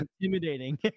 intimidating